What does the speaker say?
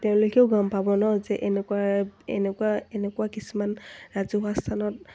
তেওঁলোকেও গম পাব ন যে এনেকুৱা এনেকুৱা এনেকুৱা কিছুমান ৰাজহুৱা স্থানত